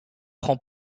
prend